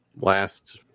last